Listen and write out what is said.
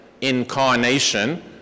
incarnation